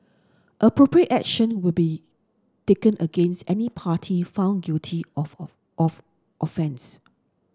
appropriate action will be taken against any party found guilty of of offence